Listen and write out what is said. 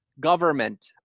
government